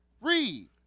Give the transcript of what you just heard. read